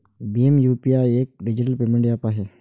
Bhim UPI एक digital payment app आहे